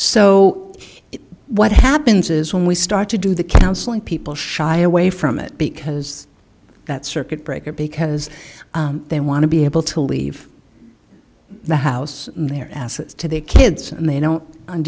he what happens is when we start to do the counseling people shy away from it because that circuit breaker because they want to be able to leave the house their assets to their kids and they